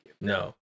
no